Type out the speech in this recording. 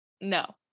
no